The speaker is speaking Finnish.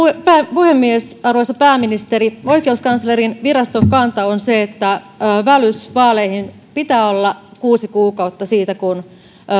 puhemies arvoisa pääministeri oikeuskanslerinviraston kanta on se että välys vaaleihin pitää olla kuusi kuukautta siitä kun